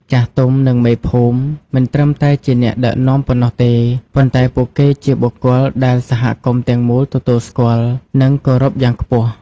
ចាស់ទុំ និងមេភូមិ មិនត្រឹមតែជាអ្នកដឹកនាំប៉ុណ្ណោះទេ ប៉ុន្តែពួកគេជាបុគ្គលដែលសហគមន៍ទាំងមូលទទួលស្គាល់ និងគោរពយ៉ាងខ្ពស់។